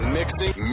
mixing